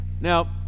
now